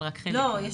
ורק חלק מהילדים.